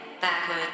backward